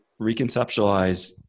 reconceptualize